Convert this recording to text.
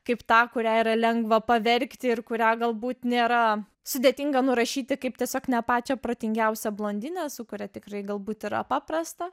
kaip tą kurią yra lengva pavergti ir kurią galbūt nėra sudėtinga nurašyti kaip tiesiog ne pačią protingiausią blondinę su kuria tikrai galbūt yra paprasta